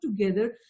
together